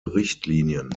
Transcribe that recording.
richtlinien